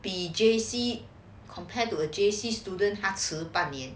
你 J_C compared to a J_C student 他迟半年